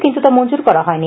কিন্তু তা মঞ্জুর করা হয়নি